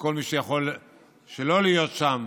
וכל מי שיכול שלא להיות שם,